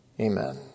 Amen